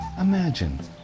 Imagine